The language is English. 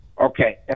Okay